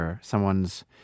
Someone's